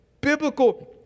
biblical